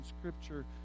Scripture